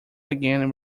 again